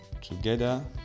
Together